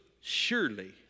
surely